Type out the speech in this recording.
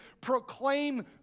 proclaim